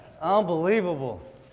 Unbelievable